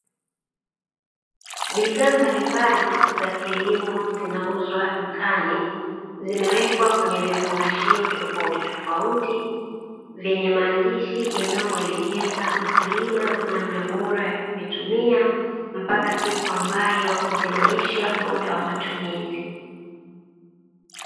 Bidhaa mbalimbali za kilimo zinauzwa dukani zimewekwa kwenye vifungashio tofautitofauti, vyenye maandishi yanayomuelekeza mkulima namna bora ya kuvitumia mpaka siku ambayo zinaisha muda wa matumizi.